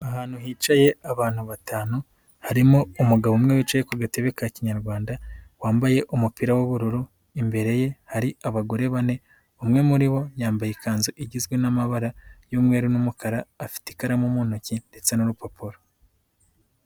Ahantu hicaye abantu batanu, harimo umugabo umwe wicaye ku gatebe ka kinyarwanda, wambaye umupira w'ubururu. Imbere ye hari abagore bane umwe muri bo yambaye ikanzu igizwe n'amabara y'umweru n'umukara, afite ikaramu mu ntoki ndetse n'urupapuro.